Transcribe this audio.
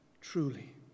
Truly